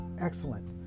Excellent